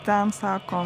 ten sako